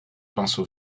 pinceau